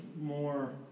more